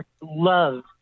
love